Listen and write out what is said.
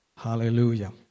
Hallelujah